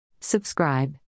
Subscribe